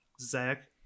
zach